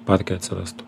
parke atsirastų